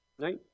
right